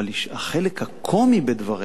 אבל החלק הקומי בדבריך,